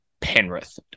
Penrith